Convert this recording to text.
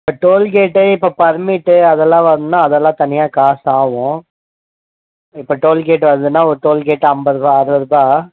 toll gate இப்போது permit அதெல்லாம் வரணுமென்னா அதெல்லாம் தனியாக காசு ஆகும் இப்போது டோல் கேட்டு வருதுன்னால் ஒரு டோல் கேட் ஐம்பது ரூபா அறுபது ரூபாய்